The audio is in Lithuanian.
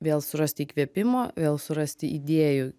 vėl surast įkvėpimo vėl surasti idėjų